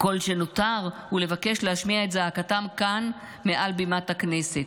כל שנותר הוא לבקש להשמיע את זעקתם כאן מעל בימת הכנסת.